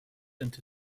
into